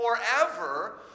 forever